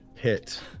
hit